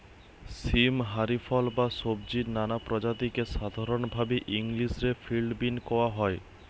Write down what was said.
সীম হারি ফল বা সব্জির নানা প্রজাতিকে সাধরণভাবি ইংলিশ রে ফিল্ড বীন কওয়া হয়